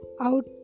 out